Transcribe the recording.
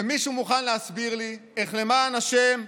ומישהו מוכן להסביר לי איך, למען השם,